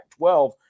12